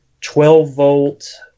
12-volt